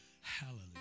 Hallelujah